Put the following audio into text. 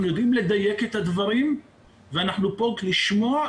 אנחנו יודעים לדייק את הדברים ואנחנו פה כדי לשמוע.